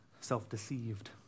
self-deceived